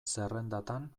zerrendatan